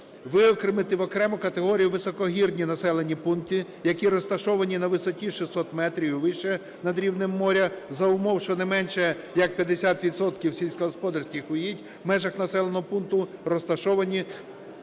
виокремити в окрему категорію високогірні населені пункти, які розташовані на висоті 600 метрів і вище над рівнем моря за умов, що найменше як 50 відсотків сільськогосподарських угідь в межах населених пунктів розташовані